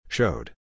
Showed